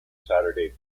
saturday